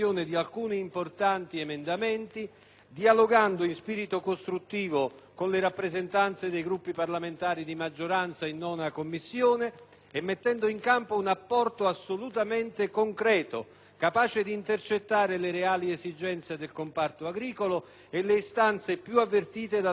dialogando in spirito costruttivo con le rappresentanze dei Gruppi parlamentari di maggioranza in 9a Commissione e mettendo in campo un apporto assolutamente concreto, capace di intercettare le reali esigenze del comparto agricolo e le istanze più avvertite dalle categorie professionali e dalle forze sociali.